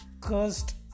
cursed